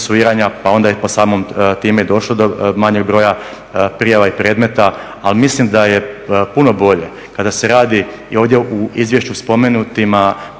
pa onda je i samim time došlo do manjeg broja prijava i predmeta. Ali mislim da je puno bolje kada se radi i ovdje u izvješću spomenutima